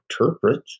interpret